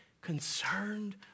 concerned